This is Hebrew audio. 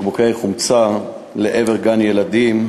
חומצה לעבר גן-ילדים,